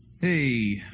Hey